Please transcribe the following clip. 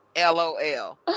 LOL